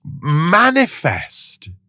manifest